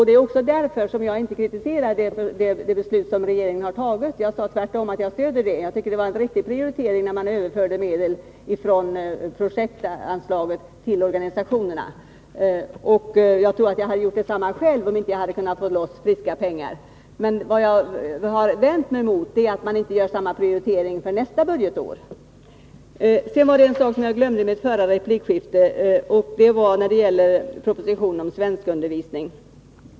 Det är just därför som jag inte kritiserar det beslut regeringen har fattat — jag sade tvärtom att jag stöder det och tycker att det var riktigt att överföra medel från projektanslaget till organisationerna. Jag tror att jag hade gjort detsamma själv om jag inte hade kunnat få loss friska pengar. Det jag har vänt mig emot är att man inte gör samma prioritering för nästa budgetår. Jag glömde beröra en fråga i min förra replik, nämligen propositionen om svenskundervisning.